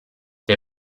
der